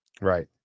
right